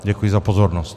Děkuji za pozornost.